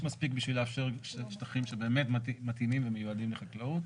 מספיק בשביל לאפשר שטחים שבאמת מתאימים ומיועדים לחקלאות.